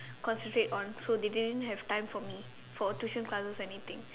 concentrate on so they didn't have time for me for tuition classes anything